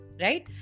right